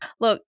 Look